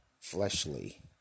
fleshly